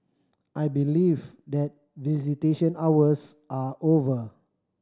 I believe that visitation hours are over